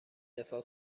دفاع